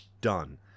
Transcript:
done